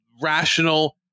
rational